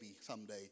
someday